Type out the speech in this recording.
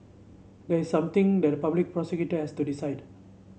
there's something that public prosecutor has to decide